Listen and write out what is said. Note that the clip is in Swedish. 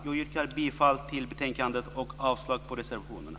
Jag yrkar bifall till utskottets hemställan i betänkandet och avslag på reservationerna.